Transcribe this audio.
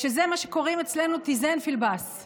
שזה מה שקוראים אצלנו (אומרת בערבית: "שני טוסיקים באותם תחתונים",)